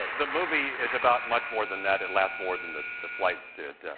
the movie is about much more than that. it lasts more than the the flight did.